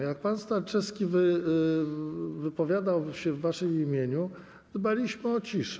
Jak pan Sterczewski wypowiadał się w waszym imieniu, dbaliśmy o ciszę.